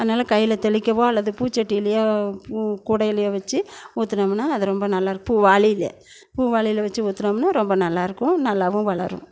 அதனால கையில் தெளிக்கவோ அல்லது பூச்சட்டியிலியோ கூடையிலியோ வெச்சு ஊற்றுனோமுன்னா அது ரொம்ப நல்லாருக்கும் பூ வாளி பூ வாளியில் வெச்சு ஊற்றுனோம்னா ரொம்ப நல்லாயிருக்கும் நல்லாவும் வளரும்